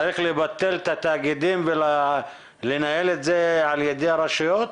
צריך לבטל את התאגידים ולנהל את זה על ידי הרשויות?